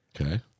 Okay